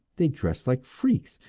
they dress like freaks,